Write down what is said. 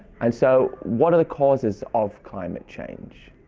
and so what are the causes of climate change?